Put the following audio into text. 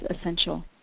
essential